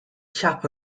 chap